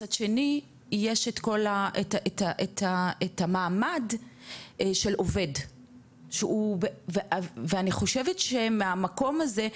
ומצד שני יש את המעמד של עובד ואני חושבת שמהמקום הזה,